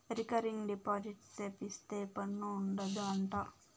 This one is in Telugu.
రికరింగ్ డిపాజిట్ సేపిత్తే పన్ను ఉండదు అంట